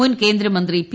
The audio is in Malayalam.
മുൻകേന്ദ്രമന്ത്രി പി